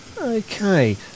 Okay